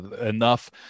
Enough